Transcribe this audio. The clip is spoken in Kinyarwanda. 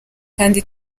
kandi